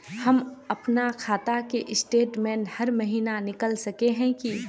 हम अपना खाता के स्टेटमेंट हर महीना निकल सके है की?